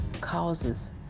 causes